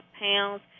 pounds